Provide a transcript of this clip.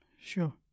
Sure